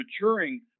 maturing